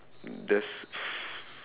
there's